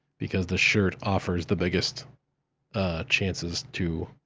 because the shirt offers the biggest chances to